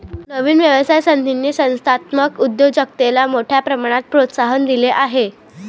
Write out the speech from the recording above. नवीन व्यवसाय संधींनी संस्थात्मक उद्योजकतेला मोठ्या प्रमाणात प्रोत्साहन दिले आहे